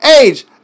Age